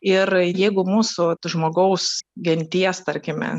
ir jeigu mūsų žmogaus genties tarkime